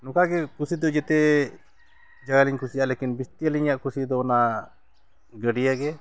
ᱱᱚᱝᱠᱟ ᱜᱮ ᱠᱩᱥᱤ ᱫᱚ ᱡᱮᱛᱮ ᱡᱟᱭᱜᱟ ᱞᱤᱧ ᱠᱩᱥᱤᱭᱟᱜᱼᱟ ᱞᱮᱠᱤᱱ ᱵᱮᱥᱤ ᱟᱹᱞᱤᱧᱟᱜ ᱠᱩᱥᱤ ᱫᱚ ᱚᱱᱟ ᱜᱟᱹᱰᱭᱟᱹ ᱜᱮ